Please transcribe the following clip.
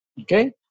Okay